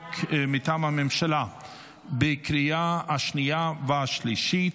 חוק מטעם הממשלה לקריאה השנייה והשלישית.